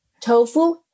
Tofu